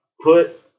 put